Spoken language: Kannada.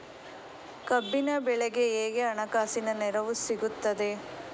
ಕಬ್ಬಿನ ಬೆಳೆಗೆ ಹೇಗೆ ಹಣಕಾಸಿನ ನೆರವು ಸಿಗುತ್ತದೆ?